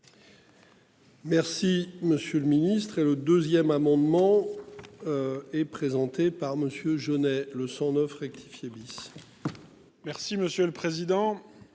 Merci monsieur le ministre et le 2ème amendement. Est présenté par Monsieur Johanet le 109 rectifié. Merci monsieur le président.